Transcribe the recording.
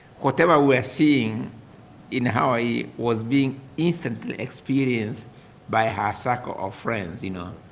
whatever we're seeing in hawaii was being instantly experienced by her circle of friends, you know.